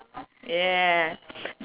yeah